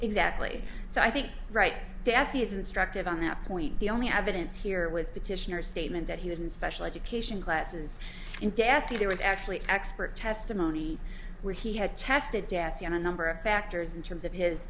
exactly so i think right deathy is instructive on that point the only evidence here was petitioner statement that he was in special education classes in death he was actually expert testimony where he had tested dessie on a number of factors in terms of his